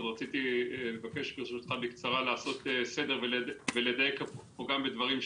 אז רציתי לבקש ברשותך לעשות סדר ולדייק פה גם בדברים שנאמרו.